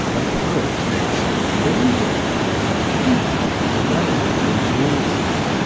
a poet must have lingered there in deep and melancholy musings,